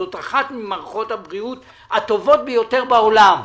זאת אחת ממערכות הבריאות הטובות ביותר בעולם,